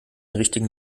richtigen